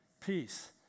Peace